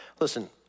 Listen